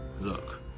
Look